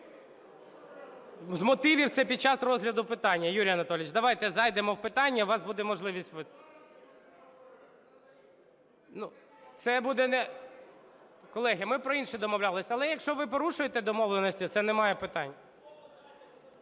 З мотивів - це під час розгляду питання. Юрій Анатолійович. Давайте зайдемо в питання, у вас буде можливість виступити. Колеги, ми про інше домовлялися. Але якщо ви порушуєте домовленості, це немає питань.